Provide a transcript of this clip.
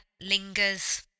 lingers